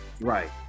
Right